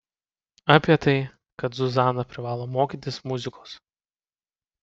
apie tai kad zuzana privalo mokytis muzikos